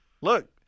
Look